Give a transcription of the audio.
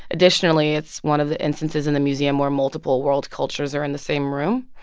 additionally, it's one of the instances in the museum where multiple world cultures are in the same room,